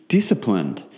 disciplined